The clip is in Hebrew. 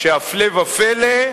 שהפלא ופלא,